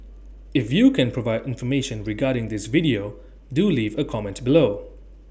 if you can provide information regarding this video do leave A comment below